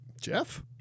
Jeff